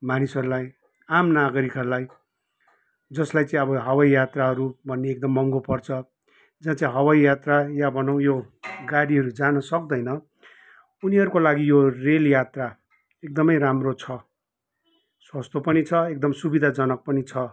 मानिसहरूलाई आम नागरिकहरूलाई जसलाई चाहिँ अब हवाई यात्राहरू भन्ने एकदम महँगो पर्छ जहाँ चाहिँ हवाई यात्रा या भनौँ यो गाडीहरू जानु सक्दैन उनीहरूको लागि यो रेल यात्रा एकदमै राम्रो छ सस्तो पनि छ एकदम सुविधाजनक पनि छ